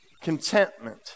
Contentment